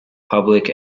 public